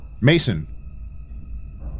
Mason